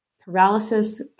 paralysis